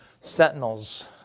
sentinels